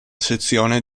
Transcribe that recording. sezione